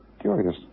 Curious